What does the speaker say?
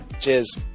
Cheers